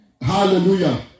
Hallelujah